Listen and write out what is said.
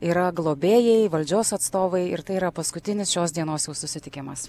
yra globėjai valdžios atstovai ir tai yra paskutinis šios dienos jau susitikimas